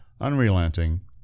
unrelenting